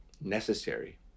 necessary